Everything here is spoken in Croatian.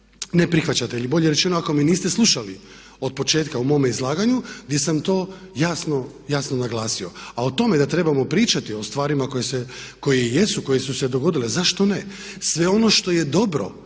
ne prihvaćate ili bolje rečeno ako me niste slušali otpočetka u mome izlaganju gdje sam to jasno naglasio. A o tome da trebamo pričati o stvarima koje jesu, koje su se dogodile, zašto ne. Sve ono što je dobro